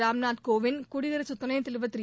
ராம்நாத் கோவிந்த் குடியரசு துணைத்தலைவர் திரு